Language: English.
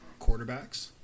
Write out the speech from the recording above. quarterbacks